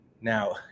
Now